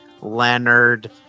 Leonard